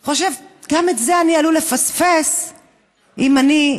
הוא חושב: גם את זה אני עלול לפספס אם אצליח